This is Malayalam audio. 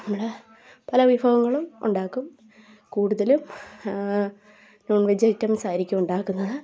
നമ്മൾ പല വിഭവങ്ങളും ഉണ്ടാക്കും കൂടുതലും നോൺ വെജ് ഐറ്റംസ് ആയിരിക്കും ഉണ്ടാക്കുന്നത്